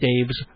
Dave's